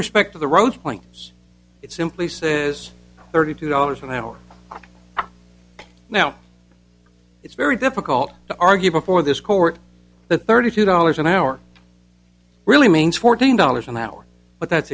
respect to the road points it simply says thirty two dollars an hour now it's very difficult to argue before this court the thirty two dollars an hour really means fourteen dollars an hour but that's